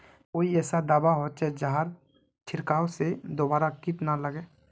कोई ऐसा दवा होचे जहार छीरकाओ से दोबारा किट ना लगे?